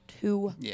two